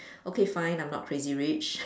okay fine I'm not crazy rich